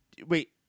Wait